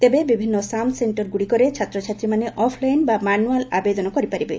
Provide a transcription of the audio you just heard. ତେବେ ବିଭିନ୍ନ ସାମ୍ସ ସେକ୍ଷରଗୁଡ଼ିକରେ ଛାତ୍ରଛାତ୍ରୀମାନେ ଅଫ୍ଲାଇନ୍ ବା ମାନୁଆଲ୍ ଆବେଦନ କରିପାରିବେ